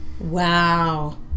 Wow